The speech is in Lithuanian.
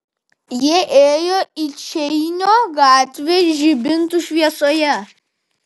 jie ėjo į čeinio gatvę žibintų šviesoje